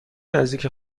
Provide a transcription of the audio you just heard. نزدیک